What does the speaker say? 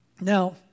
Now